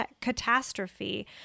catastrophe